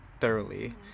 thoroughly